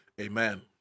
Amen